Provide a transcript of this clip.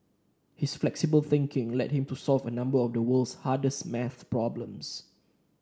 his flexible thinking led him to solve a number of the world's hardest maths problems